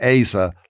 Asa